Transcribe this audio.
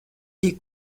des